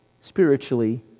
spiritually